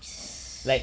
s~